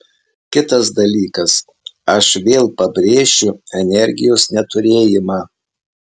kitas dalykas aš vėl pabrėšiu energijos neturėjimą